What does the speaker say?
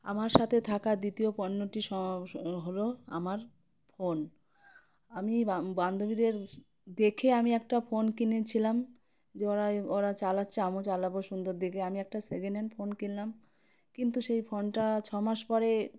আমার সাথে থাকা দ্বিতীয় পণ্যটি স হলো আমার ফোন আমি বান্ধবীদের দেখে আমি একটা ফোন কিনেছিলাম যে ওরা ওরা চালাচ্ছে আমিও চালাবো সুন্দর দেখে আমি একটা সেকেন্ড হ্যান্ড ফোন কিনলাম কিন্তু সেই ফোনটা ছ মাস পরে